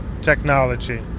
technology